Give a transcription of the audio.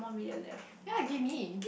ya give me